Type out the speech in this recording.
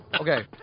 Okay